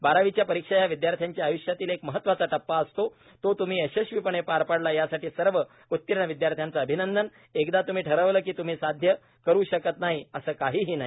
बारावीच्या परीक्षा हा विद्यार्थ्याच्या आय्ष्यातील एक महत्वाचा टप्पा असतो तो त्म्ही यशस्वीपणे पार पाडला यासाठी सर्व उत्तीर्ण विद्यार्थ्यांचे अभिनंदन एकदा त्म्ही ठरवले की त्म्ही साध्य करू शकत नाही असे काहीही नाही